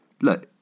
Look